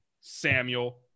Samuel